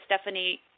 Stephanie